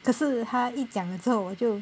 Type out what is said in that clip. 可是他一讲的时候我就